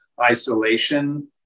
isolation